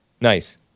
Nice